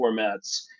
formats